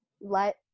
Let